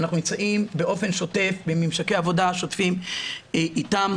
אנחנו נמצאים באופן שוטף בממשקי העבודה השוטפים איתם,